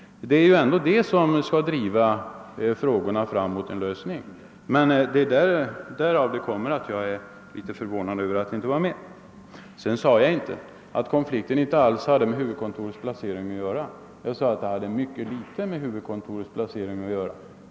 Det är ändå sådana uttalanden som skall driva frågorna fram mot en lösning. Detta är anledningen till att jag var litet förvånad över att saken inte tagits upp. Sedan sade jag inte att gruvkonflikten inte alls hade med huvudkontorets placering att göra. Jag sade att konflikten hade mycket litet med huvudkontorets placering att göra.